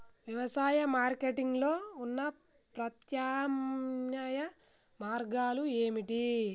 వ్యవసాయ మార్కెటింగ్ లో ఉన్న ప్రత్యామ్నాయ మార్గాలు ఏమిటి?